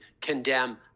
condemn